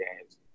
games